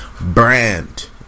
brand